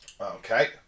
Okay